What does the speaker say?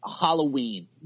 halloween